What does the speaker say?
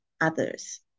others